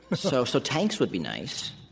ah so so tanks would be nice.